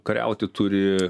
kariauti turi